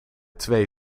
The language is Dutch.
twee